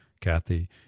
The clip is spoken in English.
Kathy